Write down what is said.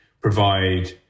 provide